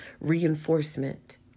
reinforcement